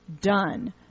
done